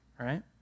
right